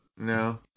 No